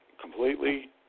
completely